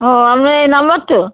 ও আপনার এই নম্বর তো